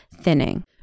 thinning